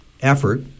effort